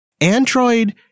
Android